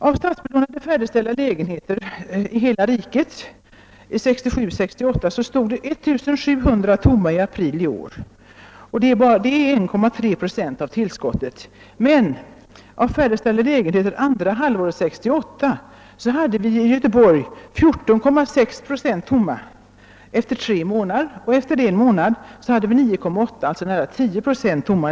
Av statsbelånade färdigställda lägenheter i hela riket 1967 och 1968 stod 1700 tomma i april i år. Detta motsvarar 1,3 procent av tillskottet. Av antalet färdigställda lägenheter andra halvåret 1968 stod emellertid i Göteborg 14,6 procent tomma efter en månad och efter tre månader 9,8 procent, alltså nära 10 procent.